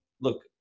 look